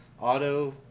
auto